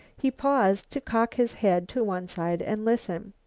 he paused to cock his head to one side and listen.